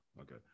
okay